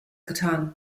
getan